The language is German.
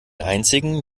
einzigen